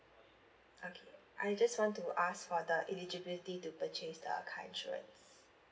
okay I just want to ask for the eligibility to purchase the car insurance